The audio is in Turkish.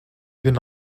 bin